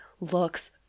looks